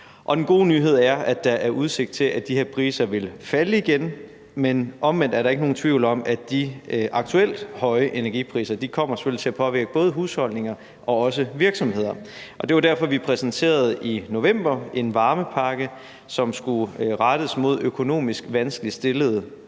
Den gode nyhed er, at der er udsigt til, at de her priser vil falde igen, men omvendt er der ikke nogen tvivl om, at de aktuelt høje energipriser selvfølgelig kommer til at påvirke både husholdninger og også virksomheder. Det var derfor, vi i november præsenterede en varmepakke, som skulle rettes mod økonomisk vanskeligt stillede